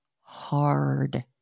hard